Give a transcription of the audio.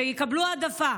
שיקבלו העדפה.